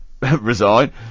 resign